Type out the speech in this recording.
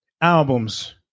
albums